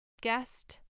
guest